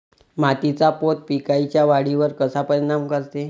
मातीचा पोत पिकाईच्या वाढीवर कसा परिनाम करते?